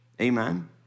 Amen